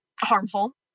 harmful